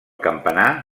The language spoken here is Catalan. campanar